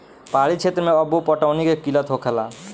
पहाड़ी क्षेत्र मे अब्बो पटौनी के किल्लत होखेला